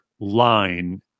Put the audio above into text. line